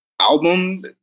album